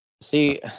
See